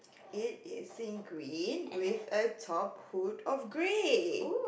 it is in green with a top hood of grey